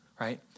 right